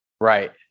Right